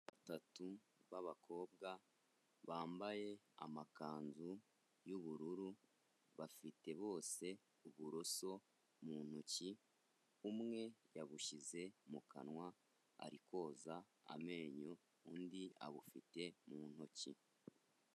Abantu batatu b'abakobwa bambaye amakanzu y'ubururu bafite bose uburoso mu ntoki, umwe yabushyize mu kanwa ari koza amenyo, undi abufite mu ntoki.